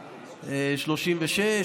36,